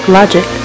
Logic